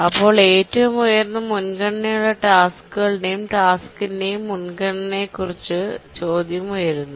അപ്പോൾ ഏറ്റവും ഉയർന്ന മുൻഗണനയുള്ള ടാസ്ക്കുകളുടെയും ടാസ്ക്കിന്റെയും മുൻഗണനകളെക്കുറിച്ച് ചോദ്യം ഉയരുന്നു